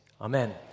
Amen